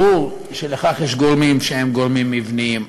ברור שיש לכך גורמים שהם גורמים מבניים: